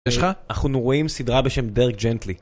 יש לך? אנחנו רואים סדרה בשם דרק ג'נטלי